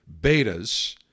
betas